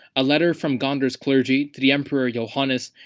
a letter from gondar's clergy to the emperor yohannes,